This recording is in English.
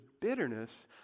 bitterness